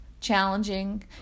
challenging